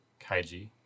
Kaiji